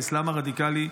האסלאם הרדיקלי,